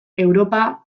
europa